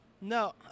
No